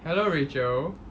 hello rachel